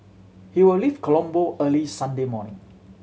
he will leave Colombo early Sunday morning